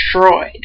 destroyed